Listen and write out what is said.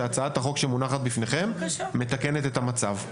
אני לא חושב שהצעת החוק מונחת בפניכם מתקנת את המצב.